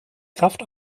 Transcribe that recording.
kraft